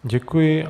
Děkuji.